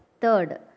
Third